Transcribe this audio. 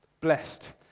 Blessed